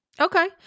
Okay